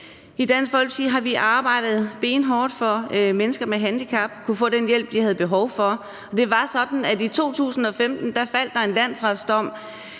I Dansk Folkeparti har vi arbejdet benhårdt for, at mennesker med handicap kunne få den hjælp, de havde behov for. Og det var sådan, at i 2015 faldt der en landsretsdom,